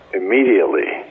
immediately